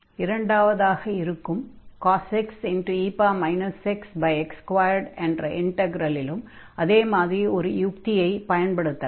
இரண்டாவது அதாவது cos x e xx2 என்ற இன்டக்ரலிலும் அதே மாதிரி ஒரு யுக்தியைப் பயன்படுத்தலாம்